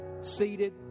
seated